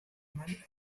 men